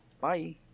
Bye